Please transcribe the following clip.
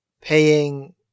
paying